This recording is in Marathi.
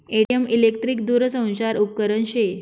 ए.टी.एम इलेकट्रिक दूरसंचार उपकरन शे